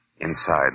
Inside